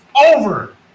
over